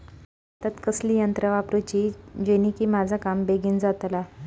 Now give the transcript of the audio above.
भातात कसली यांत्रा वापरुची जेनेकी माझा काम बेगीन जातला?